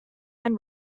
and